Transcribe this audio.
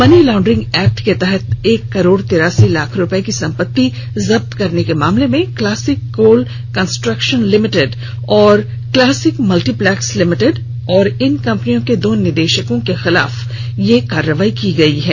money laundering act के तहत एक करोड़ तिरासी लाख रुपए की संपत्ति जब्त करने के मामले में क्लासिक कोल कंस्ट्रक्शन लिमिटेड और क्लासिक मल्टीप्लैक्स लिमिटेड तथा इन कंपनियों के दो निदेशकों के खिलाफ यह कार्रवाई की गई है